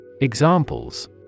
Examples